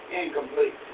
incomplete